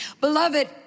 Beloved